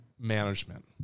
management